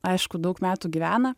aišku daug metų gyvena